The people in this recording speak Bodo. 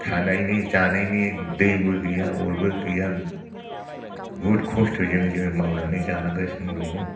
थानायनि जानायनि दैबो गैया अरबो गैया बुहुद खस्थ'जों जोङो मावनानै जानांगासिनो दङ